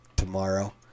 tomorrow